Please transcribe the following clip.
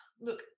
look